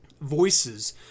voices